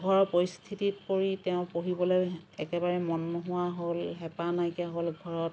ঘৰৰ পৰিস্থিতিত পৰি তেওঁ পঢ়িবলে একেবাৰে মন নোহোৱা হ'ল হেঁপাহ নাইকিয়া হ'ল ঘৰত